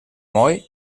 moll